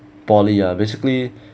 poly lah basically